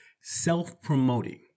self-promoting